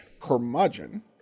curmudgeon